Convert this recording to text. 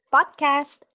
Podcast